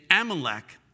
Amalek